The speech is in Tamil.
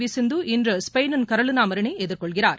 வி சிந்து இன்று ஸ்பெயினின் கரோலினா மரினை எதிர்கொள்கிறார்